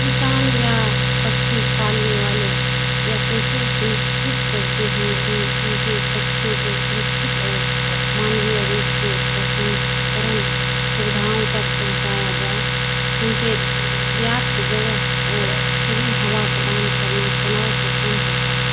किसान या पक्षी पालने वाले यह कैसे सुनिश्चित करते हैं कि उनके पक्षियों को सुरक्षित और मानवीय रूप से प्रसंस्करण सुविधाओं तक पहुँचाया जाए संकेत पर्याप्त जगह ओर खुली हवा प्रदान करना तनाव को कम करता है